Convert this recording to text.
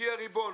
שהיא הריבון,